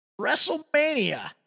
WrestleMania